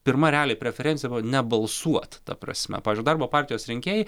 pirma realiai preferencija buvo nebalsuot ta prasme pavyzdžiui darbo partijos rinkėjai